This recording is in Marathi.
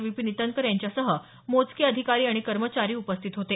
विपीन ईटनकर यांच्यासह मोजके अधिकारी आणि कर्मचारी उपस्थित होते